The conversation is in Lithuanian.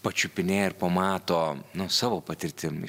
pačiupinėja ir pamato savo patirtim